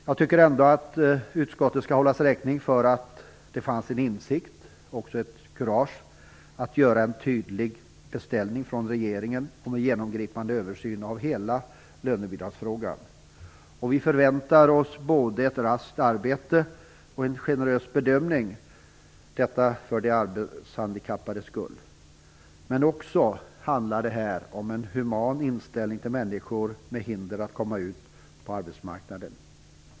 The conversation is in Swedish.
Jag tycker ändå att utskottet skall hållas räkning för insikten och kuraget att göra en tydlig beställning från regeringen om en genomgripande översyn av hela lönebidragsfrågan. Vi förväntar oss både ett raskt arbete och en generös bedömning, detta för de arbetshandikappades skull. Men det handlar också om en human inställning till människor som är hindrade att komma ut på arbetsmarknaden.